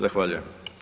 Zahvaljujem.